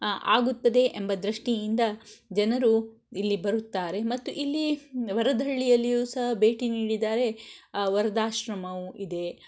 ಆಗುತ್ತದೆ ಎಂಬ ದೃಷ್ಟಿಯಿಂದ ಜನರು ಇಲ್ಲಿ ಬರುತ್ತಾರೆ ಮತ್ತು ಇಲ್ಲಿ ವರಧಳ್ಳಿಯಲ್ಲಿಯೂ ಸಹ ಭೇಟಿ ನೀಡಿದರೆ ವರ್ಧಾಶ್ರಮವು ಇದೆ